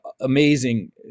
amazing